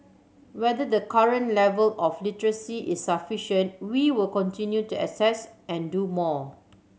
whether the current level of literacy is sufficient we will continue to assess and do more